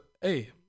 hey